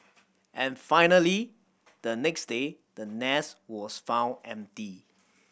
and finally the next day the nest was found empty